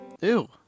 Ew